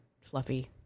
fluffy